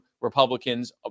Republicans